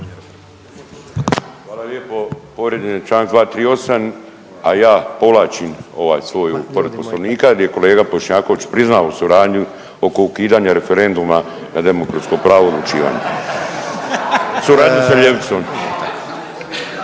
Hvala lijepo. Povrijeđen je čl. 238, a ja povlačim ovaj svoju povredu Poslovnika jer je kolega Bošnjaković priznao suradnju oko ukidanja referenduma na demokratsko pravo odlučivanja. Surađuje sa ljevicom.